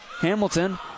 Hamilton